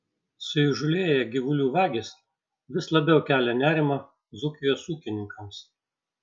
suįžūlėję gyvulių vagys vis labiau kelia nerimą dzūkijos ūkininkams